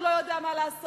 הוא לא יודע מה לעשות,